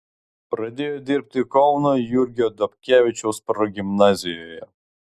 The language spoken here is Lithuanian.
pradėjo dirbti kauno jurgio dobkevičiaus progimnazijoje